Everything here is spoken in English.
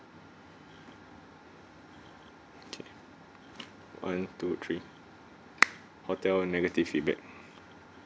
okay one two three hotel negative feedback